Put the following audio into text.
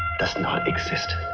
does not exist!